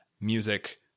music